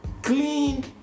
clean